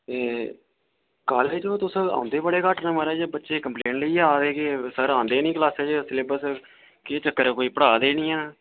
एह् कालेज ओ तुस औंदे बड़े घट्ट न महाराज बच्चे कंप्लेंट लेई आए दे कि सर आंदे नि क्लास च सलेबस केह् चक्कर ऐ कोई पढ़ा दे नि ऐ